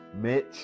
Mitch